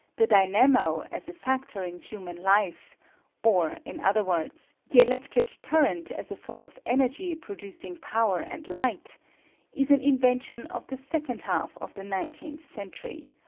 the dynamo, as a factor in human life or, in other words, the electric current as a form of energy producing power and light is an invention of the second half of the nineteenth century,